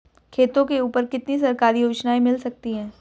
खेतों के ऊपर कितनी सरकारी योजनाएं मिल सकती हैं?